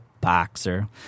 boxer